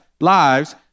lives